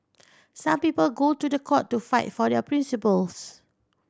some people go to the court to fight for their principles